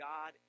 God